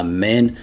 Amen